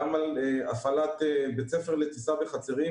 גם על הפעלת בית ספר לטיסה בחצרים,